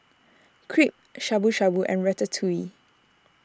Crepe Shabu Shabu and Ratatouille